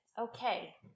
Okay